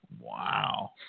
Wow